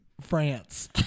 France